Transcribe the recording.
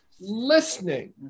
listening